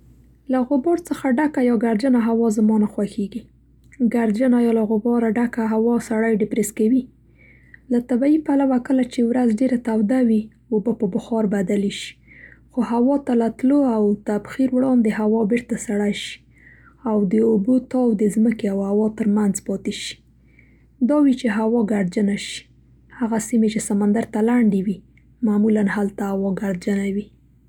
له غبار څخه ډکه یا ګردجنه هوا زما نه خوښېږي. ګردجنه یا له غباره ډکه هوا سړی ډېپرس کوي. له طبیعي پلوه کله چې ورځ ډېره توده وي اوبه په بخار بدلې شي، خو هوا ته له تلو او تبخیر وړاندې هوا بېرته سړه شي او د اوبو تاو د ځمکې او هوا تر منځ پاتې شي. دا وي چې هوا ګردجنه کړي. هغه سیمې چې سمندر ته لنډې وي معمولا هلته هوا ګردجنه وي.